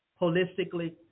holistically